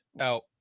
out